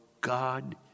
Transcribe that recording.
God